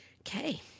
Okay